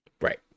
Right